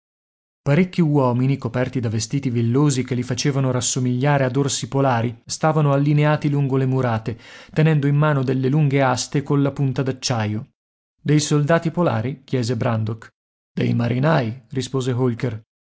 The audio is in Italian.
parecchi uomini coperti da vestiti villosi che li facevano rassomigliare ad orsi polari stavano allineati lungo le murate tenendo in mano delle lunghe aste colla punta d'acciaio dei soldati polari chiese brandok dei marinai rispose holker